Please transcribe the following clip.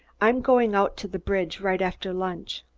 i'm going out to the bridge right after lunch.